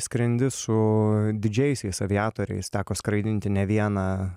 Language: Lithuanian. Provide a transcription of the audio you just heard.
skrendi su didžiaisiais aviatoriais teko skraidinti ne vieną